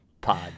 pod